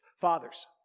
Fathers